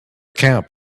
camp